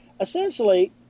essentially